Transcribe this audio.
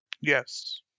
Yes